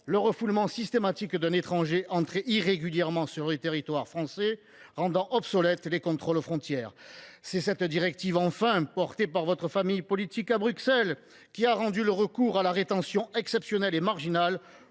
le refoulement systématique d’un étranger entré irrégulièrement sur le territoire français, rendant obsolètes les contrôles aux frontières. C’est enfin cette directive, portée par votre famille politique à Bruxelles, qui a rendu le recours à la rétention exceptionnel et marginal,